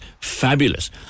fabulous